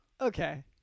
Okay